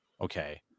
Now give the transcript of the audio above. Okay